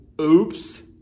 oops